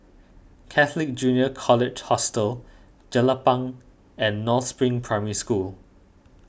Catholic Junior College Hostel Jelapang and North Spring Primary School